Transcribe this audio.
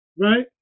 right